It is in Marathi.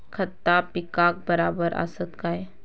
खता पिकाक बराबर आसत काय?